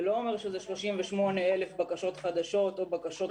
שזה 38,000 בקשות חדשות או בקשות חוזרות.